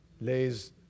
lays